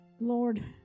Lord